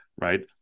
Right